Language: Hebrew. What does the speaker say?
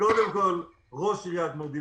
קודם כול ראש עיריית מודיעין